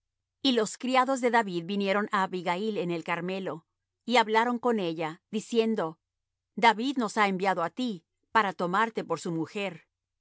y los criados de david vinieron á abigail en el carmelo y hablaron con ella diciendo david nos ha enviado á ti para tomarte por su mujer